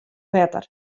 wetter